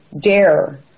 dare